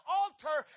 altar